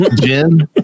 Jim